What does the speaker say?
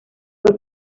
fue